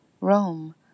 Rome